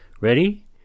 Ready